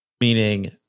meaning